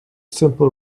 simple